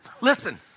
Listen